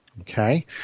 Okay